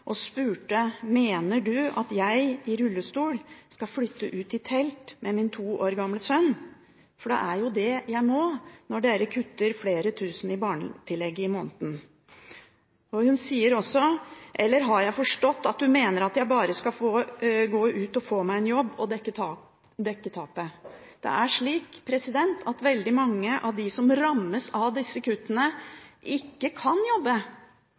og spurte: «Mener du at jeg i rullestol skal flytte ut i telt med min to år gamle sønn? For det blir nesten det jeg må om du ska kutte flere tusen i barnetillegget i måneden?» Hun skriver også: «Eller jeg har jo forstått at du mener jeg bare skal ut og få meg en jobb for å dekke dette tapet.» Veldig mange av dem som rammes av disse kuttene, kan ikke jobbe.